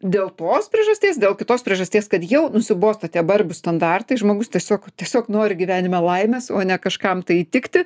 dėl tos priežasties dėl kitos priežasties kad jau nusibosta tie barbių standartai žmogus tiesiog tiesiog nori gyvenime laimės o ne kažkam tai įtikti